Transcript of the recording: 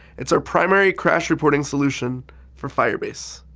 it's our primary crash reporting solution for firebase.